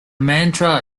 mantra